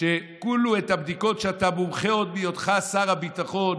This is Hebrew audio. שאת הבדיקות שאתה מומחה עוד מהיותך שר הביטחון